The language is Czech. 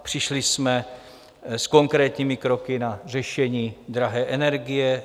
Přišli jsme s konkrétními kroky na řešení drahé energie.